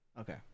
Okay